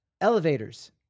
elevators